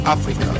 Africa